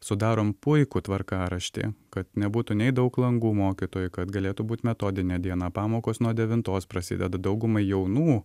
sudarom puikų tvarkaraštį kad nebūtų nei daug langų mokytojui kad galėtų būt metodinė diena pamokos nuo devintos prasideda daugumai jaunų